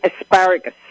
asparagus